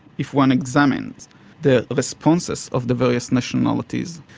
if one examines the the responses of the various nationalities,